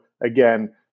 again